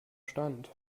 stand